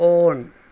on